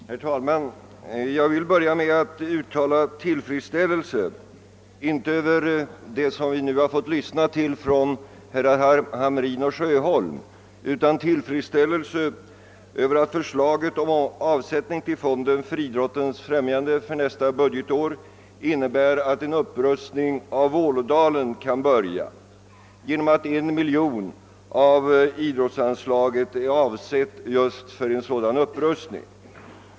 Herr talman! Jag vill börja med att uttala min tillfredsställelse, inte över det som vi nu fått lyssna till från herr Hamrin i Jönköping och herr Sjöholm, utan över att förslaget om avsättning till fonden för idrottens främjande för nästa budgetår innebär att en upprustning av Vålådalen kan igångsättas genom att 1 miljon kronor av idrottsanslaget är avsett just för en sådan upprustning.